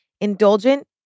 Indulgent